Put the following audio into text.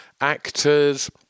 actors